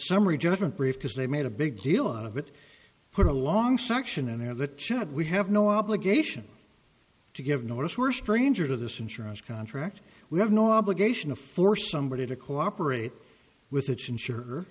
summary judgment brief because they made a big deal out of it put a long section in there that should we have no obligation to give notice we're stranger to this insurance contract we have no obligation to force somebody to cooperate with